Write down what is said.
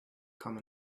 come